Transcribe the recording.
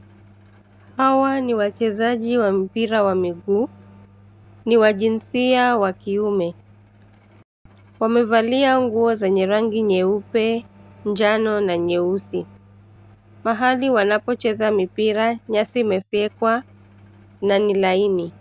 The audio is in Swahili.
Hawa ni wachezaji wa mpira wa miguu. Ni wa jinsia wa kiume. Wamevalia nguo zenye rangi nyeupe, njano na nyeusi. Mahali wanapocheza mpira, nyasi imefyekwa na ni laini.